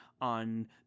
on